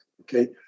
okay